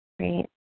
Great